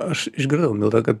aš išgirdau milda kad